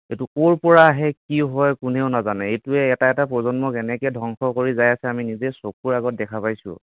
এইটো ক'ৰ পৰা আহে কি হয় কোনেও নাজানে এইটোৱে এটা এটা প্ৰজন্মক এনেকৈ ধংস কৰি যায় আছে আমি নিজে চকুৰ আগত দেখা পাইছোঁ